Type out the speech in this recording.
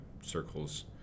circles